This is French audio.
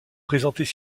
présentées